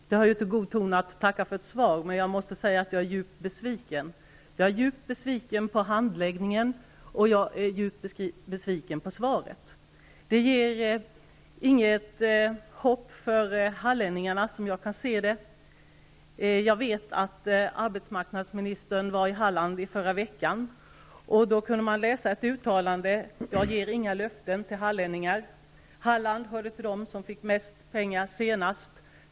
Herr talman! Det hör till god ton att tacka för ett svar, men jag måste säga att jag är djupt besviken. Jag är djupt besviken på handläggningen och på svaret. Det ger inget hopp för hallänningarna, som jag kan se det. Jag vet att arbetsmarknadsministern var i Halland i förra veckan. Då kunde man läsa om ett uttalande: Jag ger inga löften till hallänningar. Halland hörde till dem som fick mest pengar senast.